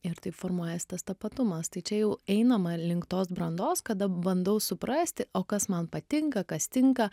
ir taip formuojasi tas tapatumas tai čia jau einama link tos brandos kada bandau suprasti o kas man patinka kas tinka